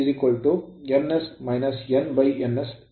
ನಮಗೆ slip ns - n ns ತಿಳಿದಿದೆ